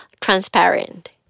transparent